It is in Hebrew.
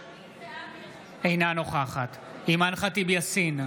אינה נוכחת אימאן ח'טיב יאסין,